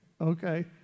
Okay